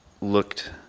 looked